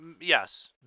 Yes